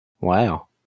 wow